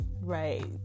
Right